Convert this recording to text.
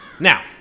Now